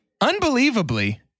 unbelievably